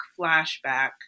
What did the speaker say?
flashback